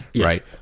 right